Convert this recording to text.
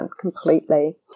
completely